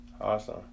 Awesome